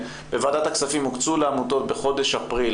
בוועדת הכספים הוקצו לעמותות בחודש אפריל,